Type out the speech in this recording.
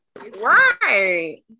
Right